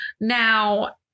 Now